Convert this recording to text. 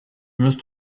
must